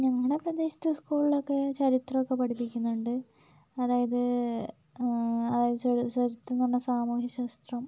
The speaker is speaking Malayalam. ഞങ്ങളുടെ പ്രദേശത്ത് സ്കൂളിലൊക്കെ ചരിത്രമൊക്കെ പഠിപ്പിക്കുന്നുണ്ട് അതായത് അതായത് സോഷ്യൽ സയൻസ് എന്ന് പറഞ്ഞ സാമൂഹ്യ ശാസ്ത്രം